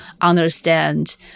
understand